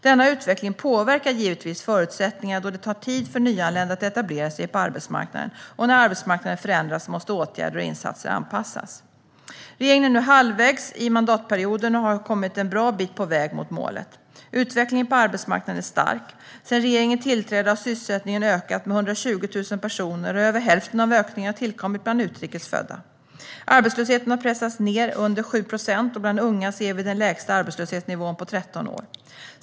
Denna utveckling påverkar givetvis förutsättningarna då det tar tid för nyanlända att etablera sig på arbetsmarknaden, och när arbetsmarknaden förändras måste åtgärder och insatser anpassas. Regeringen är nu halvvägs in i mandatperioden och har kommit en bra bit på väg mot målet. Utvecklingen på arbetsmarknaden är stark. Sedan regeringen tillträdde har sysselsättningen ökat med 120 000 personer, och över hälften av ökningen har tillkommit bland utrikes födda. Arbetslösheten har pressats ned under 7 procent, och bland unga ser vi den lägsta arbetslöshetsnivån på 13 år.